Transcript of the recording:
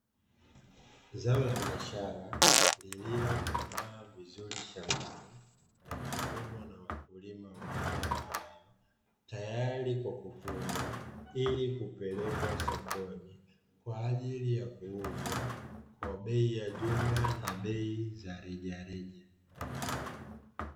Zao la biashara lililokomaa vizuri shambani, na lipo tayari kwa kuvunwa ili kupelekwa sokoni kwa ajili ya kuuzwa kwa bei ya jumla na bei za reja reja.